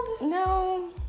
No